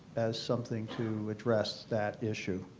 something to address that issue.